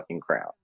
crown